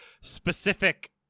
specific